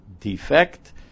defect